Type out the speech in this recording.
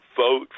vote